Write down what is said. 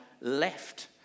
left